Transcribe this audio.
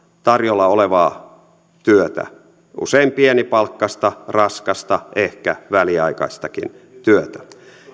tarjolla olevaa työtä usein pienipalkkaista raskasta ehkä väliaikaistakin työtä